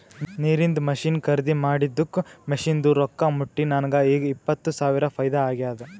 ನೀರಿಂದ್ ಮಷಿನ್ ಖರ್ದಿ ಮಾಡಿದ್ದುಕ್ ಮಷಿನ್ದು ರೊಕ್ಕಾ ಮುಟ್ಟಿ ನನಗ ಈಗ್ ಇಪ್ಪತ್ ಸಾವಿರ ಫೈದಾ ಆಗ್ಯಾದ್